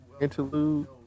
interlude